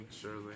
surely